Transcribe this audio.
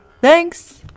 Thanks